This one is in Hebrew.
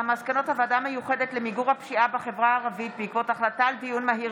מסקנות הוועדה המיוחדת למיגור הפשיעה בחברה הערבית בעקבות דיון מהיר